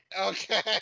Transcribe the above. Okay